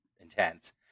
intense